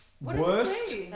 worst